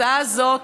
ההצעה הזאת